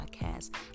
podcast